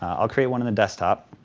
ah i'll create one on the desktop.